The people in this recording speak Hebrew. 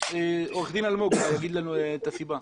עורך דין אלמוג אולי יאמר לנו את הסיבה,